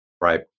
right